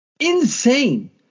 insane